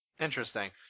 Interesting